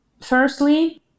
firstly